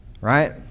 Right